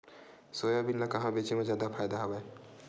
Soybean ल कहां बेचे म जादा फ़ायदा हवय?